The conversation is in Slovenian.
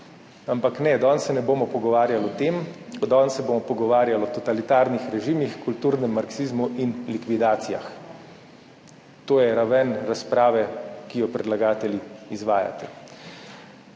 Ampak ne, danes se ne bomo pogovarjali o tem. Danes se bomo pogovarjali o totalitarnih režimih, kulturnem marksizmu in likvidacijah. To je raven razprave, ki jo predlagatelji izvajate.